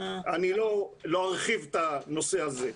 אני לא ארחיב את הנושא הזה.